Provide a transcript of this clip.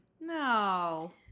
No